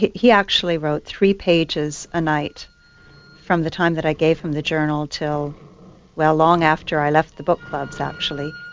he actually wrote three pages a night from the time that i gave him the journal until long after i left the book clubs actually.